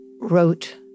wrote